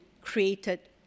created